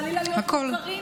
הכול.